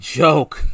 joke